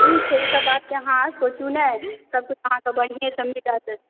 हँ ठीक छै ईसभ बातके अहाँ सोचू नहि सभ कुछ अहाँके बढ़िएसँ मिलत